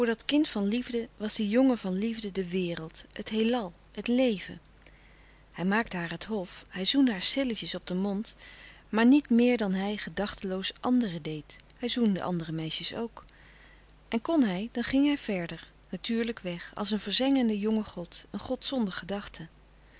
dat kind van liefde was die jongen van liefde de wereld het heelal het leven hij maakte haar het hof hij zoende haar stilletjes op den mond maar niet meer dan hij gedachteloos andere deed hij zoende andere meisjes ook en kon hij dan ging hij verder natuurlijk weg als een verzengende jonge god een god zonder gedachte